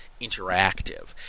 interactive